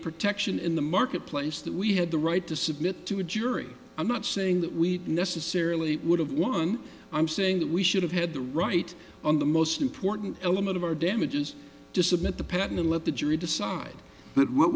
protection in the marketplace that we had the right to submit to a jury i'm not saying that we necessarily would have won i'm saying that we should have had the right on the most important element of our damages to submit the patent and let the jury decide